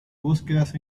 búsquedas